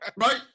Right